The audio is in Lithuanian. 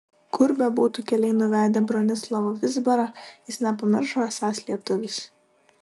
kur bebūtų keliai nuvedę bronislavą vizbarą jis nepamiršo esąs lietuvis